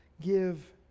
give